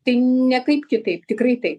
tai niekaip kitaip tikrai taip